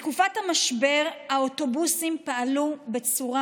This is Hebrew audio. בתקופת המשבר האוטובוסים פעלו בצורה